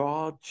God